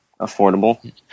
Affordable